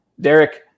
Derek